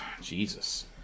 Jesus